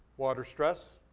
water stress,